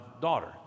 daughter